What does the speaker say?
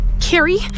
Carrie